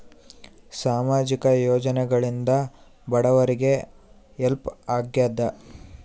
ಸಾಮಾಜಿಕ ಯೋಜನೆಗಳಿಂದ ಬಡವರಿಗೆ ಹೆಲ್ಪ್ ಆಗ್ಯಾದ?